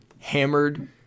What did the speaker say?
hammered